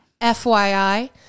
FYI